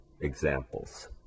examples